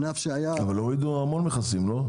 אבל הורידו המון מכסים, לא?